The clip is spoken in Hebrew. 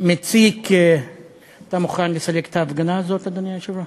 אתה מוכן לסלק את ההפגנה הזאת, אדוני היושב-ראש?